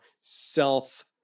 Self